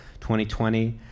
2020